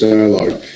Dialogue